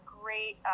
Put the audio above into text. great